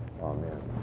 Amen